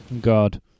God